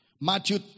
Matthew